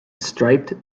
striped